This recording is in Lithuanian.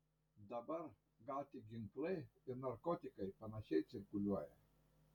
dabar gal tik ginklai ir narkotikai panašiai cirkuliuoja